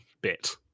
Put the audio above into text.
bit